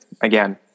again